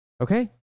Okay